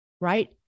right